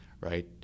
right